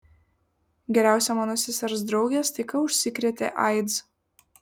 geriausia mano sesers draugė staiga užsikrėtė aids